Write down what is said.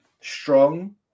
strong